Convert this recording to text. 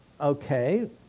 Okay